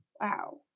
wow